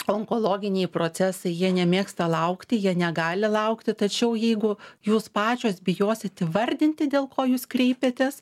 onkologiniai procesai jie nemėgsta laukti jie negali laukti tačiau jeigu jūs pačios bijosit įvardinti dėl ko jūs kreipiatės